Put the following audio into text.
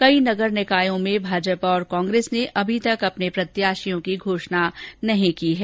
कई नगर निकायों में भाजपा तथा कांग्रेस ने अभी तक अपने प्रत्याशियों की घोषणा नहीं की है